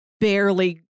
barely